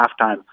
halftime